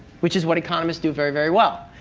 which is what economists do very, very well.